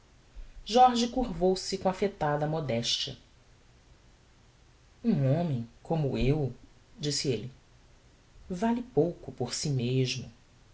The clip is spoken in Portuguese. proprio jorge curvou-se com affectada modestia um homem como eu disse elle vale pouco por si mesmo